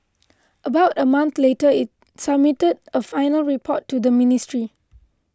about a month later it submitted a final report to the ministry